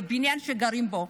בבניין שגרים בו,